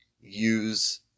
use